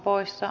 kiitos